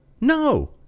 no